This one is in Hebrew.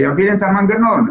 שיבין את המנגנון.